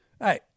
hey